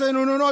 עושה נו-נו-נו,